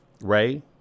Ray